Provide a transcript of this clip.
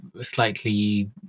slightly